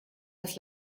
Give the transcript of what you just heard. das